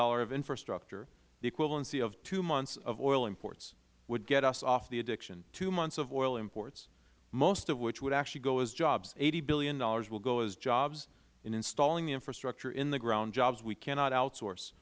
billion of infrastructure the equivalency of two months of oil imports would get us off the addiction two months of oil imports most of which would actually go as jobs eighty dollars billion will go as jobs in installing the infrastructure in the ground jobs we cannot outsource